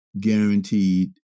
guaranteed